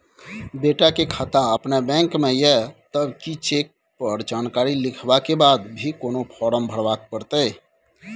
बेटा के खाता अपने बैंक में ये तब की चेक पर जानकारी लिखवा के बाद भी कोनो फारम भरबाक परतै?